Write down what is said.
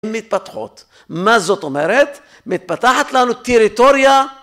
מתפתחות. מה זאת אומרת? מתפתחת לנו טריטוריה.